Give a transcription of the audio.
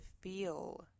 feel